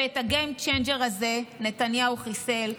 ואת ה-game changer הזה נתניהו חיסל,